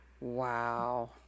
wow